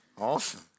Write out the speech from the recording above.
Awesome